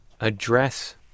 address